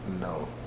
No